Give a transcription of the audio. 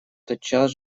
тотчас